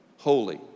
holy